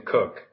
Cook